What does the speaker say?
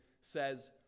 says